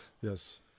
Yes